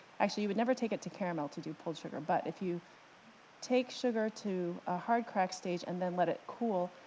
actually, you would never take it to caramel to do pulled sugar, but if you take sugar to ah hard crack stage and then let it cool,